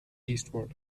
eastward